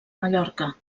mallorca